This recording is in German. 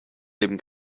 dem